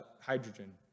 hydrogen